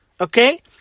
Okay